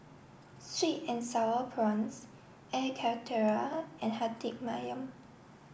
sweet and sour prawns Air Karthira and Hati Ayam